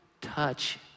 touch